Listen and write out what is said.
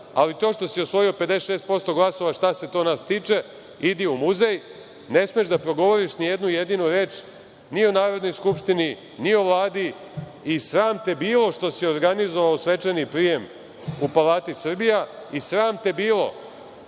ali to što si osvojio 56% glasova, šta se to nas tiče, idi u muzej, ne smeš da progovoriš ni jednu jedinu reč ni o Narodnoj skupštini, ni o Vladi i sram te bilo što si organizovao svečani prijem u Palati Srbija, i sram te bilo